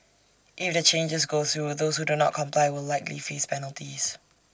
if the changes go through those who do not comply will likely face penalties